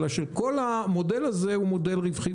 אלא שכל המודל הזה רווחי